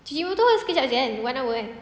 cuci motor sekejap jer kan one hour kan